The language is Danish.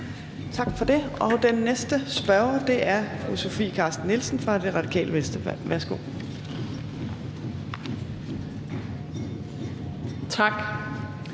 Tak for det. Den næste spørger er fru Sofie Carsten Nielsen fra Radikale Venstre. Værsgo. Kl.